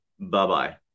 Bye-bye